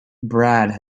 brad